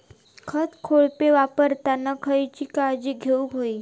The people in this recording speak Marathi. खत कोळपे वापरताना खयची काळजी घेऊक व्हयी?